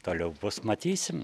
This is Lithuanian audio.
toliau bus matysim